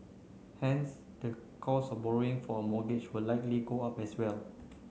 hence the cost of borrowing for a mortgage will likely go up as well